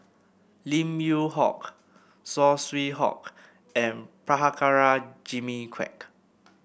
Lim Yew Hock Saw Swee Hock and Prabhakara Jimmy Quek